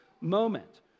moment